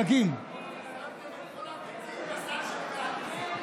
אתם שמתם את כל הביצים בסל של גנץ.